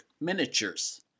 miniatures